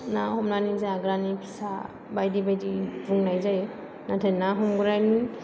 ना हमनानै जाग्रानि फिसा बायदि बायदि बुंनाय जायो नाथाय ना हमग्रानि